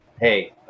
hey